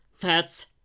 That's